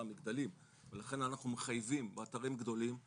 מגדלים ולכן אנחנו מחייבים באתרים גדולים,